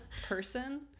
person